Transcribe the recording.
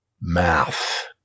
math